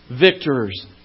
victors